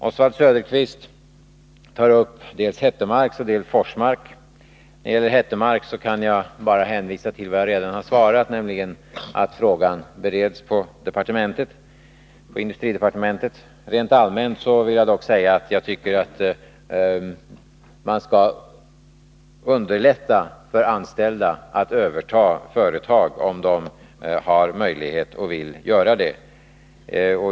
Oswald Söderqvist berör dels Hettemarks Konfektions AB, dels Forsmark. När det gäller Hettemarks kan jag bara hänvisa till vad jag redan har svarat, nämligen att frågan bereds på industridepartementet. Rent allmänt vill jag dock framhålla att jag tycker att man skall underlätta för anställda att överta företag, om de har möjlighet och om de vill göra det.